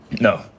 No